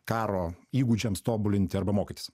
karo įgūdžiams tobulinti arba mokytis